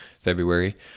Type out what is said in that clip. February